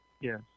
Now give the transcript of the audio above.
Yes